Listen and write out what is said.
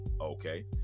Okay